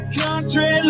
country